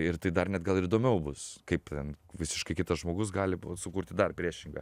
ir tai dar net gal ir įdomiau bus kaip ten visiškai kitas žmogus gali sukurti dar priešingą